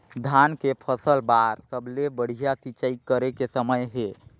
धान के फसल बार सबले बढ़िया सिंचाई करे के समय हे?